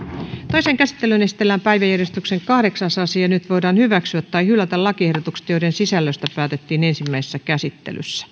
toiseen käsittelyyn esitellään päiväjärjestyksen yhdeksäs asia nyt voidaan hyväksyä tai hylätä lakiehdotukset joiden sisällöstä päätettiin ensimmäisessä käsittelyssä